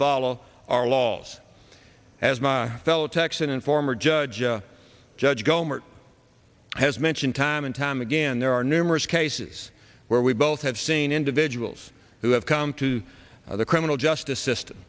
follow our laws as my fellow texan and former judge judge gohmert has mentioned time and time again there are numerous cases where we both have seen individuals who have come to the criminal justice system